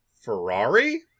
Ferrari